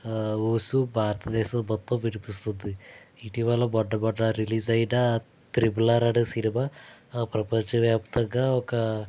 ఊసు భారతదేశం మొత్తం వినిపిస్తుంది ఇటీవల మొన్న మొన్న రిలీజ్ అయినా త్రిపుల్ ఆర్ అనే సినిమా ప్రపంచవ్యాప్తంగా ఒక